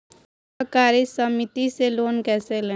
सहकारी समिति से लोन कैसे लें?